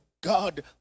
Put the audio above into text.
God